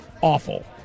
awful